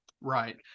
right